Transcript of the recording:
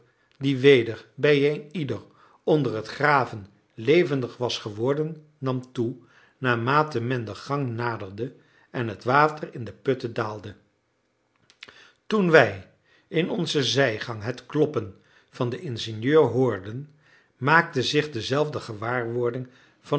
die weder bij een ieder onder het graven levendig was geworden nam toe naarmate men de gang naderde en het water in de putten daalde toen wij in onze zijgang het kloppen van den ingenieur hoorden maakte zich dezelfde gewaarwording van